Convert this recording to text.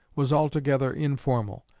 was altogether informal.